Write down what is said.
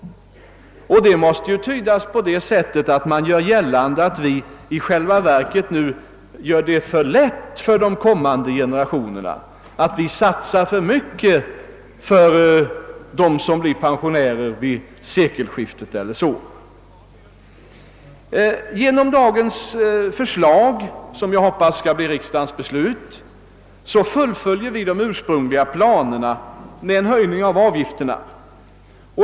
Detta måste tydas på det sättet att man anser att vi i själva verket gör det för lätt för kommande generationer och satsar för mycket för att underlätta för dem som blir pensionärer omkring sekelskiftet. Men genom det föreliggande förslaget — som jag hoppas skall bli riksdagens beslut — fullföljer vi endast de ursprungliga planerna på en höjning av avgifterna.